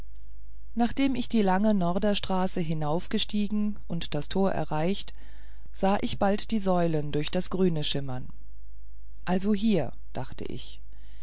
nachdem ich die lange norderstraße hinaufgestiegen und das tor erreicht sah ich bald die säulen durch das grüne schimmern also hier dacht ich